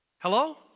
Hello